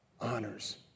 honors